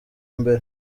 mbere